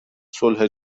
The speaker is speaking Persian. صلح